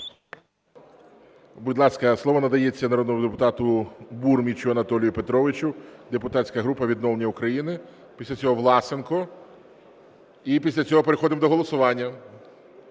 Будь ласка, слово надається народному депутату Бурмічу Анатолію Петровичу, депутатська група "Відновлення України". Після цього Власенко і після цього переходимо до голосування.